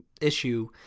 issue